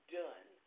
done